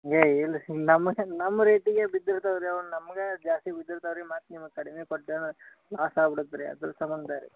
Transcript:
ಏಯ್ ಇಲ್ಲ ಸುಮ್ ನಮಗೆ ನಮ್ಮ ರೇಟಿಗೆ ಬಿದ್ದಿರ್ತವೆ ರೀ ಅವು ನಮ್ಗೆ ಜಾಸ್ತಿ ಬಿದ್ದಿರ್ತವೆ ರೀ ಮತ್ತೆ ನಿಮಗೆ ಕಡಿಮೆ ಕೊಟ್ಟೆ ಅಂದ್ರೆ ಲಾಸಾಗ್ಬಿಡತ್ತೆ ರೀ ಅದ್ರ ಸಂಬಂಧ ರೀ